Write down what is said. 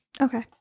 okay